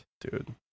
dude